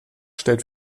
stellt